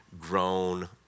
grown